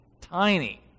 tiny